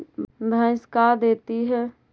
भैंस का देती है?